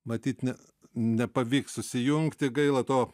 matyt ne nepavyks susijungti gaila to